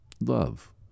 Love